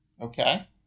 Okay